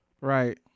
right